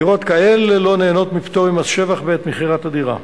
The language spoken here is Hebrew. דירות כאלה לא נהנות מפטור ממס שבח בעת מכירת הדירה.